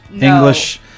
English